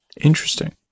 Interesting